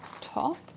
top